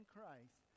Christ